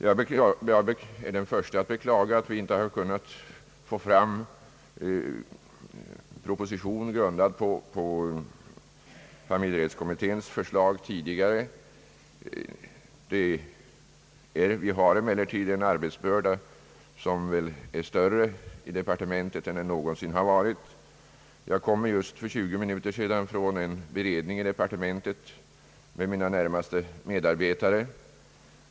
Jag är den förste att beklaga att vi inte tidigare kunnat få fram en proposition grundad på familjekommitténs förslag. Vi har emellertid i departementet en arbetsbörda som väl är större än någonsin tidigare. För 20 minuter sedan kom jag från en beredning i departementet med mina närmaste medarbetare.